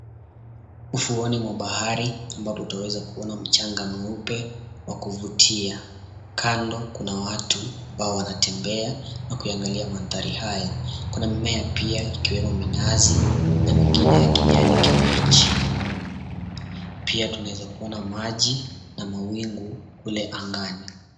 Ufuoni mwa bahari ambapo tunaweza kuona mchanga mweupe wa kuvutia. Kando kuna watu ambao wanatembea na kuiangalia mandhari haya. Kuna mimea pia ikiwemo minazi na mingine ya kijani kibichi. Pia tunaweza kuona maji na mawingu kule angani.